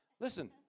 Listen